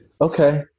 Okay